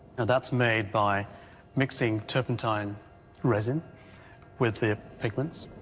and that's made by mixing turpentine resin with the pigments.